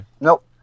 nope